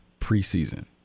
preseason